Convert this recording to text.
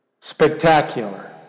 spectacular